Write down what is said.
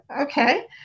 okay